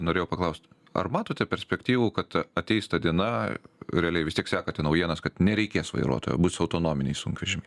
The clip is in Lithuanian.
norėjau paklaust ar matote perspektyvų kad ateis ta diena realiai vis tiek sekate naujienas kad nereikės vairuotojo bus autonominiai sunkvežimiai